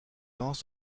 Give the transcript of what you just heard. lancent